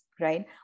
right